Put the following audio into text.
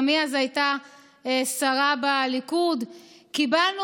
גם היא אז הייתה שרה בליכוד: "קיבלנו